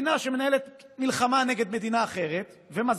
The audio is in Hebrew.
פתח במלחמה כנגד מדינת ישראל.